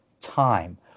time